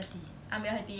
ambil hati